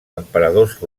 emperadors